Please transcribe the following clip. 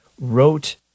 wrote